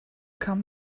come